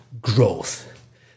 growth